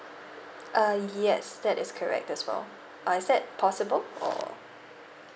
uh yes that is correct as well uh is that possible or